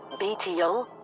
BTO